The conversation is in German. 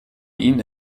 ihn